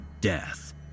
death